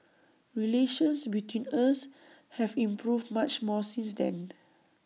relations between us have improved much more since then